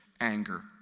anger